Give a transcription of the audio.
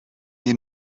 die